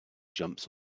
jumps